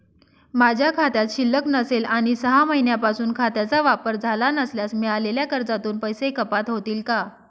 माझ्या खात्यात शिल्लक नसेल आणि सहा महिन्यांपासून खात्याचा वापर झाला नसल्यास मिळालेल्या कर्जातून पैसे कपात होतील का?